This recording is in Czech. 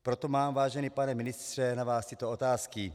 Proto mám, vážený pane ministře, na vás tyto otázky: